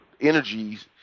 energies